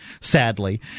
sadly